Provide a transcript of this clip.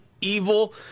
evil